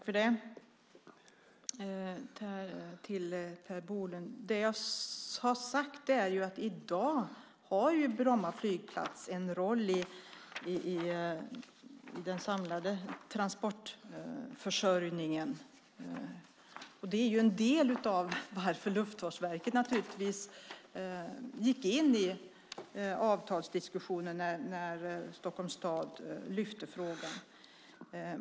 Herr talman! Det jag har sagt, Per Bolund, är ju att Bromma flygplats i dag har en roll i den samlade transportförsörjningen. Det är naturligtvis ett skäl till att Luftfartsverket gick in i avtalsdiskussionen när Stockholms stad lyfte fram frågan.